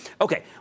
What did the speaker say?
Okay